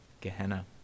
Gehenna